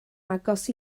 agos